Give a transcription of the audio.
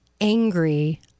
angry